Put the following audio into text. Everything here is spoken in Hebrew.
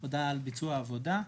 הודעה על ביצוע העבודה,